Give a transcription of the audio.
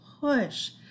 push